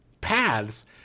paths